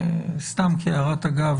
סתם כהערת אגב,